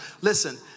listen